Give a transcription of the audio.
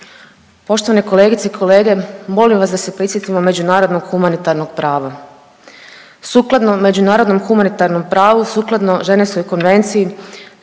Poštovane kolegice i kolege, molim vas da se prisjetimo međunarodnog humanitarnog prava, sukladno međunarodnom humanitarnom pravu, sukladno Ženevskoj konvenciji